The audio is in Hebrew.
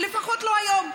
לפחות לא היום.